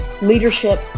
leadership